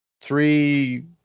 Three